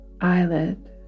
eyelid